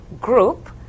group